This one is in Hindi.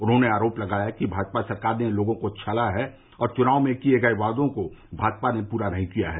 उन्होंने आरोप लगाया कि भाजपा सरकार ने लोगों को छला है और चुनाव में किये गए वादों को भाजपा ने पूरा नहीं किया है